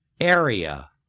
area